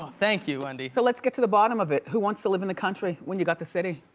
thank you, wendy. so let's get to the bottom of it. who wants to live in the country when you got the city?